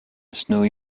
snowy